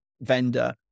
vendor